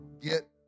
Get